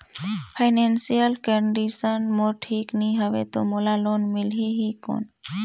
Financial condition मोर ठीक नी हवे तो मोला लोन मिल ही कौन??